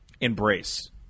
embrace